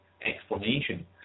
explanation